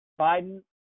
Biden